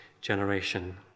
generation